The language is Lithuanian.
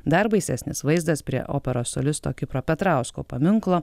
dar baisesnis vaizdas prie operos solisto kipro petrausko paminklo